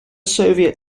soviet